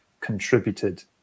contributed